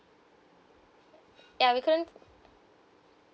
yeah we couldn't